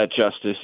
justice